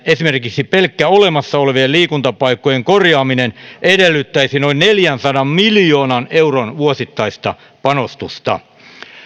esimerkiksi pelkkä olemassa olevien liikuntapaikkojen korjaaminen edellyttäisi noin neljänsadan miljoonan euron vuosittaista panostusta